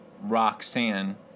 Roxanne